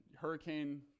hurricane